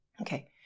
Okay